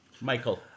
Michael